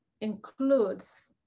includes